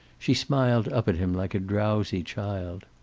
she smiled up at him like a drowsy child.